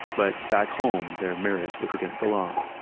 but back home their marriage was against the law.